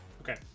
Okay